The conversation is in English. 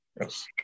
yes